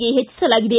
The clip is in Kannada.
ಗೆ ಹೆಚ್ಚಿಸಲಾಗಿದೆ